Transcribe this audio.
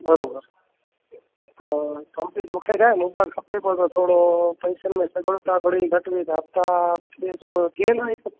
बराबरि हा कंप्लीट मूंखे छाहे मोबाइल खपे पर थोरो पैसनि में क़दुर त खे थोरी घटि मिदात आहे ॿिए जो को थी वेंदो इहे सभु